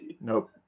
Nope